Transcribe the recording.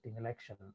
election